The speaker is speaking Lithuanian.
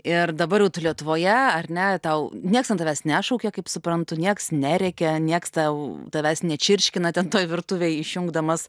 ir dabar jau tu lietuvoje ar ne tau nieks tavęs nešaukia kaip suprantu nieks nerėkia nieks tau tavęs nečirškina ten toj virtuvėj išjungdamas